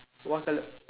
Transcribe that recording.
what colour